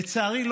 לצערי,